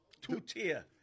two-tier